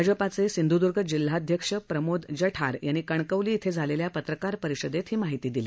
भाजपचे सिंधुद्र्ग जिल्हाध्यक्ष प्रमोद जठार यांनी कणकवली इथं झालेल्या पत्रकार परिषदेत ही माहिती दिली